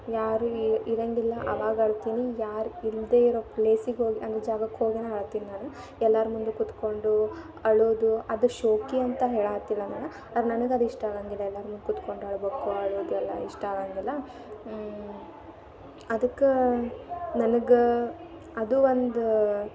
ಯಾರೂ ಏ ಇರಂಗಿಲ್ಲ ಆವಾಗ ಅಳ್ತೀನಿ ಯಾರೂ ಇಲ್ಲದೆ ಇರೋ ಪ್ಲೇಸಿಗೆ ಹೋಗಿ ಅಂದ್ರೆ ಜಾಗಕ್ಕೆ ಹೋಗಿ ನಾನು ಅಳ್ತೀನಿ ನಾನು ಎಲ್ಲರ ಮುಂದೆ ಕುತ್ಕೊಂಡು ಅಳೋದು ಅದು ಶೋಕಿ ಅಂತ ಹೇಳತ್ತಿಲ್ಲ ನಾನು ಆದ್ರೆ ನನಗದು ಇಷ್ಟ ಆಗಂಗಿಲ್ಲ ಎಲ್ಲರ ಮುಂದೆ ಕುತ್ಕೊಂಡು ಅಳ್ಬೇಕು ಅಳೋದೆಲ್ಲ ಇಷ್ಟ ಆಗಂಗಿಲ್ಲ ಅದಕ್ಕೆ ನನಗೆ ಅದು ಒಂದು